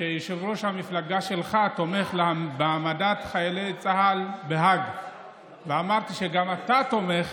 שיושב-ראש המפלגה שלך תומך בהעמדת חיילי צה"ל לדין בהאג ושגם אתה תומך